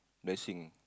dashing